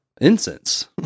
Incense